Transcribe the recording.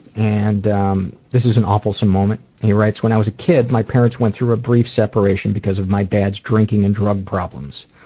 and um this is an awe fulsome moment. he writes when i was a kid, my parents went through a brief separation because of my dad's drinking and drug problems.